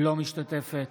אינה משתתפת